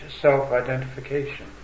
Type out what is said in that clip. self-identification